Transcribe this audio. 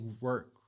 work